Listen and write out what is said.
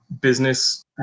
business